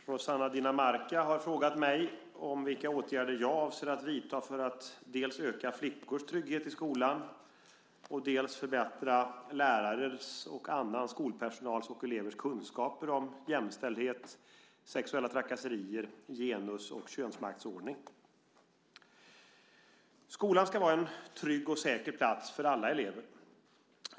Herr talman! Rossana Dinamarca har frågat mig vilka åtgärder jag avser att vidta för att dels öka flickors trygghet i skolan, dels förbättra lärares, annan skolpersonals och elevers kunskaper om jämställdhet, sexuella trakasserier, genus och könsmaktsordning. Skolan ska vara en trygg och säker plats för alla elever.